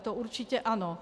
To určitě ano.